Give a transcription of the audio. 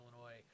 Illinois